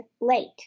late